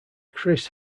chris